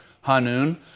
Hanun